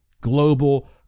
global